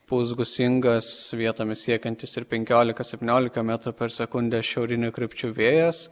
pūs gūsingas vietomis siekiantis ir penkiolika septyniolika metrų per sekundę šiaurinių krypčių vėjas